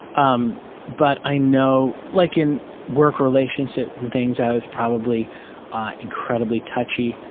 um but i know like in work relationships and things i was probably incredibly touchy,